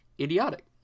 idiotic